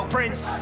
Prince